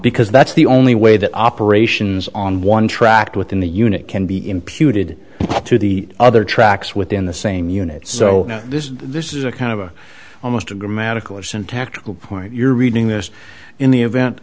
because that's the only way that operations on one track within the unit can be imputed to the other tracks within the same unit so this this is a kind of a almost a grammatical or syntactical point you're reading this in the event